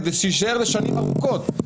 כדי שיישאר לשנים ארוכות.